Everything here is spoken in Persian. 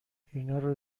اینارو